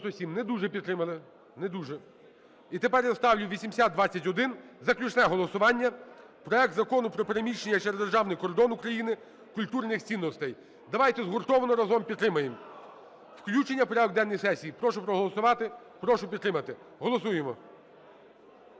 Не дуже підтримали. Не дуже. І тепер я ставлю 8021, заключне голосування, проект Закону про переміщення через державний кордон України культурних цінностей. Давайте згуртовано разом підтримаємо. Включення в порядок денний сесії. Прошу проголосувати. Прошу підтримати. Голосуємо.